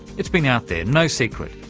it's been out there, no secret.